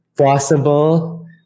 Possible